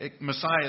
Messiah